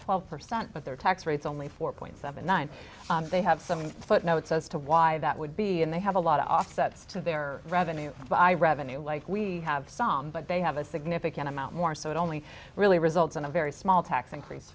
twelve percent but their tax rates only four point seven nine they have some footnotes as to why that would be and they have a lot of offsets to their revenue i revenue like we have some but they have a significant amount more so it only really results in a very small tax increase